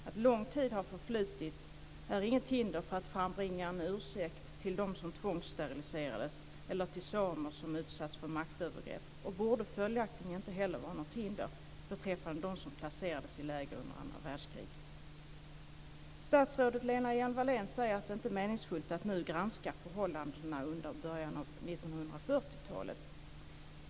Att lång tid har förflutit är inget hinder för att frambringa en ursäkt till dem som tvångssteriliserades eller till samer som utsatts för maktövergrepp och borde följaktligen inte heller vara något hinder beträffande dem som placerades i läger under andra världskriget. Statsrådet Lena Hjelm-Wallén säger att det inte är meningsfullt att nu granska förhållandena under början av 1940-talet.